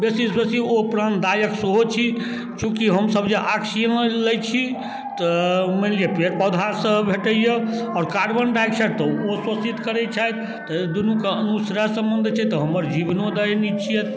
बेसीसँ बेसी ओ प्राणदायक सेहो छी चूँकि हमसब जे ऑक्सीजन लै छी तऽ मानि लिअऽ पेड़ पौधासँ भेटैए आओर कार्बन डाइऑक्साइड तऽ ओ शोषित करै छथि तऽ दुनूके दोसरा सम्बन्ध छै तऽ हमर जीवनोदायिनी छथि